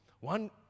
One